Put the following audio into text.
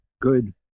good